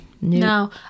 No